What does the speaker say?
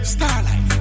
Starlight